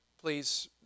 Please